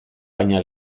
baina